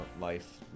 Life